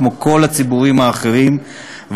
כמו כל הציבורים האחרים,